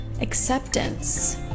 acceptance